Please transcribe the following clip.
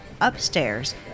upstairs